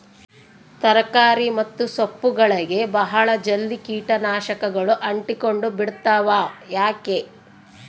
ತರಕಾರಿ ಮತ್ತು ಸೊಪ್ಪುಗಳಗೆ ಬಹಳ ಜಲ್ದಿ ಕೇಟ ನಾಶಕಗಳು ಅಂಟಿಕೊಂಡ ಬಿಡ್ತವಾ ಯಾಕೆ?